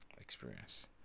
experience